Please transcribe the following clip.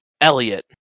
Elliot